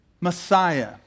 Messiah